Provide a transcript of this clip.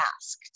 asked